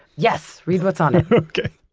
yes! read what's on it. okay.